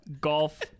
golf